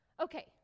Okay